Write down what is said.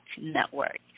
Network